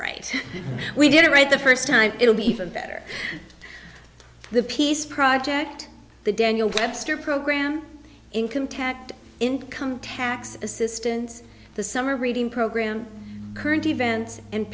right we did it right the first time it'll be even better the peace project the daniel webster program in contact income tax assistance the summer reading program current events and